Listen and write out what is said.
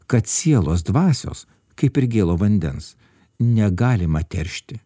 kad sielos dvasios kaip ir gėlo vandens negalima teršti